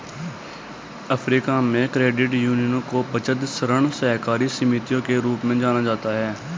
Africa में, credit यूनियनों को बचत, ऋण सहकारी समितियों के रूप में जाना जाता है